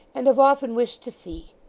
and have often wished to see.